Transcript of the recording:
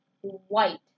white